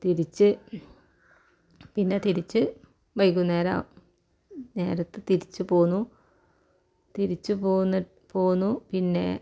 തിരിച്ച് പിന്നെ തിരിച്ചു വൈകുന്നേരം നേരത്തെ തിരിച്ചു പോന്നു തിരിച്ചു പോന്നിട്ട് പോന്നു പിന്നേ